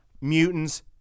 mutants